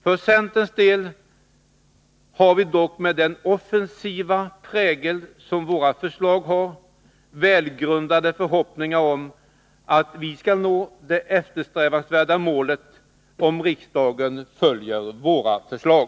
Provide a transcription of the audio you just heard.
För centerns del har vi dock — med den offensiva prägel som våra förslag har — välgrundade förhoppningar om att nå det eftersträvansvärda målet, om riksdagen följer våra förslag.